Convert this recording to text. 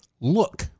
look